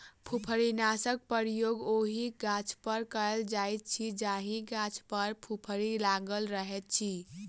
फुफरीनाशकक प्रयोग ओहि गाछपर कयल जाइत अछि जाहि गाछ पर फुफरी लागल रहैत अछि